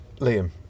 Liam